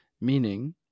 meaning